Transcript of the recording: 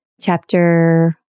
Chapter